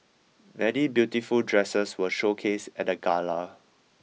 many beautiful dresses were showcased at the gala